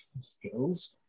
skills